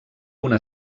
una